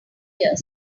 year